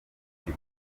icyo